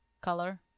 color